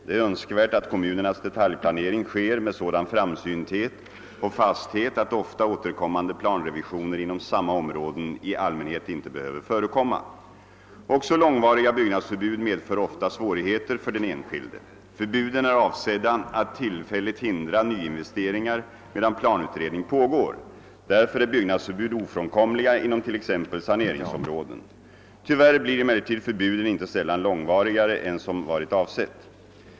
Det är önskvärt att kommunernas detaljplanering sker med sådan framsynthet och fasthét att ofta återkommande planrevisio ner inom samma områden i allmänhet inte behöver förekomma. Också långvariga byggnadsförbud medför ofta svårigheter för den enskilde. Förbuden är avsedda att tillfälligt hindra nyinvesteringar medan planutredning pågår. Därför är byggnadsförbud ofrånkomliga inom t.ex. saneringsområden. Tyvärr blir emellertid förbuden inte sällan långvarigare än som varit avsett.